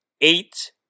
eight